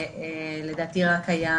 לדעתי רק היו